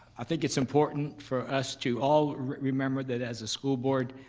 i think it's important for us to all remember that as a school board,